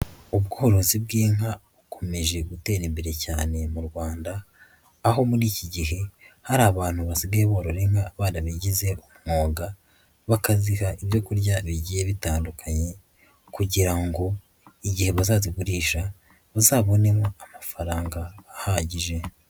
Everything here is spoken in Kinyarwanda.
Ubworozi bw'inka bukomeje gutera imbere cyane mu Rwanda, aho muri iki gihe hari abantu basigaye borora inka barabigize umwuga bakazi ibyo kurya bigiye bitandukanye kugira ngo igihe bazazigurisha bazabonemo amafaranga ahagije.